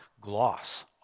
gloss